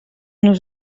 nos